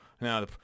now